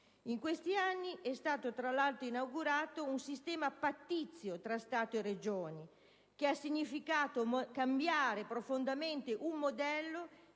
In questi anni è stato tra l'altro inaugurato un sistema pattizio tra Stato e Regioni, che ha significato cambiare profondamente un modello